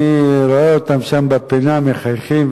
אני רואה אותם שם בפינה מחייכים,